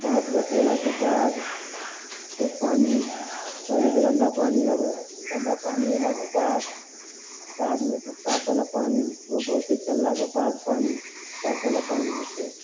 pipe धसबेलाके बाद फेर पानि पहिले तऽ गन्दा पानि आबय हइ गन्दा पानि अयलाके बाद बादमे फेर साफवला पानि ओ बहुते चललाके बाद पानि साफवला पानि औतय